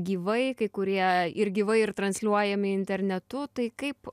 gyvai kai kurie ir gyvai ir transliuojami internetu tai kaip